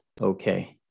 Okay